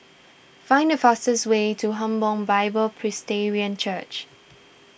find the fastest way to Hebron Bible Presbyterian Church